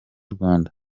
rwanda